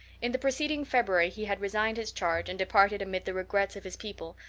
in the preceding february he had resigned his charge and departed amid the regrets of his people,